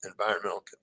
environmental